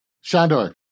Shandor